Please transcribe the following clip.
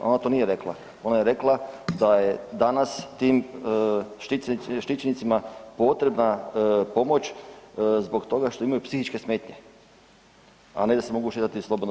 Ona to nije rekla, ona je rekla da je danas tim štićenicima potrebna pomoć zbog toga što imaju psihičke smetnje, a ne da se mogu šetati slobodno.